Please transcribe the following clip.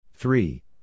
Three